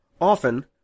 Often